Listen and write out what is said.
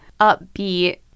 upbeat